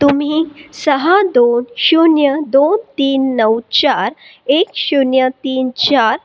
तुम्ही सहा दोन शून्य दोन तीन नऊ चार एक शून्य तीन चार